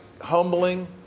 humbling